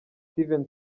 steven